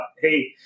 Hey